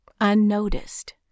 unnoticed